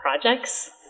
projects